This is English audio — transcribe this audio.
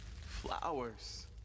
Flowers